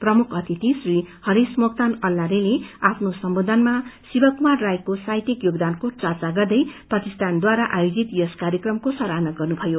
प्रमुख अतिथि श्री हरीश मोक्तान अल्लारे ले आफ्नो सम्बोधनमा शिवकुमार राईको साहित्यिक योगदानको चर्चा गर्दै प्रतिष्ठानद्वारा आयोजित यस कार्यकमको सराहना गर्नुभयो